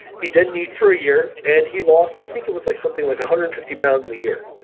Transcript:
he didn't eat for a year, and he lost i think it was like something like a one hundred and fifty pounds in a year.